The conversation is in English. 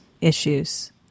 issues